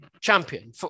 champion